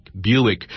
Buick